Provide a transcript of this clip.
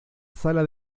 sala